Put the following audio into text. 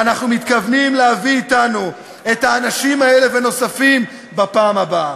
ואנחנו מתכוונים להביא אתנו את האנשים האלה ונוספים בפעם הבאה.